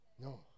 No